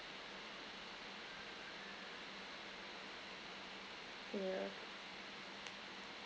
yeah